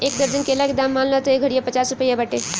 एक दर्जन केला के दाम मान ल त एह घारिया पचास रुपइआ बाटे